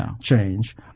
change